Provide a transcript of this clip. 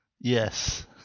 Yes